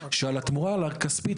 שעל התמורה הכספית,